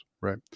right